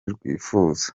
rwifuza